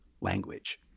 language